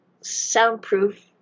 soundproof